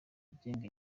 agenga